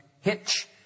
hitch